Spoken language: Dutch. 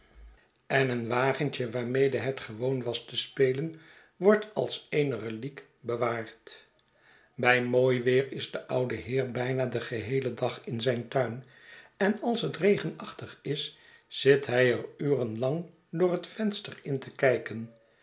en eenwagentje waarmede het gewoon was te spelen wordt als eene reliek bewaard bij mooi weer is de oude heer bijna den geheelen dag in zijn tuin en als het regenachtig is zit hij er uren lang door het venster in te kijken